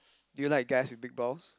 do you like guys with big balls